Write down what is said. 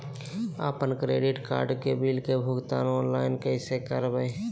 अपन credit card के bill के भुगतान ऑनलाइन कैसे करबैय?